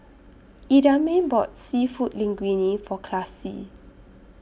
Idamae bought Seafood Linguine For Classie